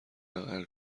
بغل